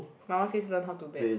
my one says learn how to bet